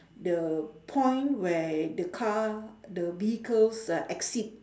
the point where the car the vehicles uh exit